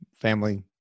family